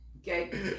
Okay